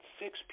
six